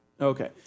Okay